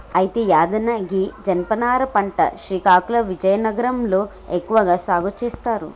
అయితే యాదన్న గీ జనపనార పంట శ్రీకాకుళం విజయనగరం లో ఎక్కువగా సాగు సేస్తారు